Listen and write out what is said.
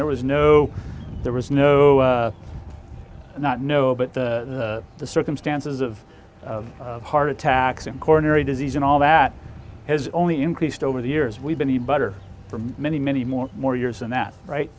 there was no there was no not no but the the circumstances of heart attacks and coronary disease and all that has only increased over the years we've been the butter for many many more more years and that right